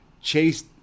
Chase